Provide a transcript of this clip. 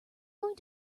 going